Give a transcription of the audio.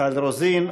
מיכל רוזין,